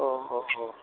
औ औ औ